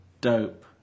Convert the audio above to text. dope